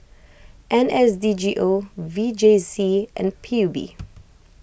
N S D G O V J C and P U B